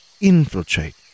infiltrate